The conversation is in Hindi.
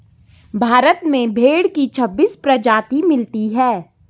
भारत में भेड़ की छब्बीस प्रजाति मिलती है